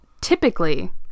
typically